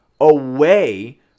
away